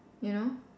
you know